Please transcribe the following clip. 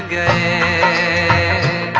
a a a